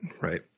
right